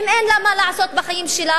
אם אין לה מה לעשות בחיים שלה,